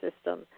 system